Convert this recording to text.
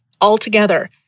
altogether